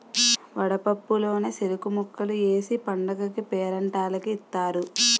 వడపప్పు లోన సెరుకు ముక్కలు ఏసి పండగకీ పేరంటాల్లకి ఇత్తారు